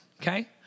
okay